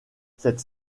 cette